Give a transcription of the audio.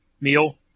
meal